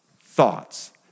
thoughts